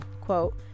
quote